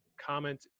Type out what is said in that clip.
comment